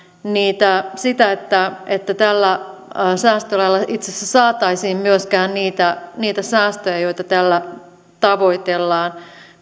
sitä että että tällä säästöllä itse asiassa saataisiin myöskään niitä niitä säästöjä joita tällä tavoitellaan